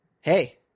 Hey